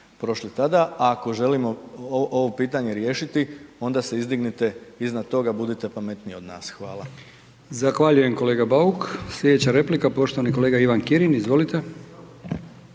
ako želimo ovo pitanje riješiti onda se izdignite iznad toga, budite pametniji od nas, hvala.